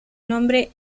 nombre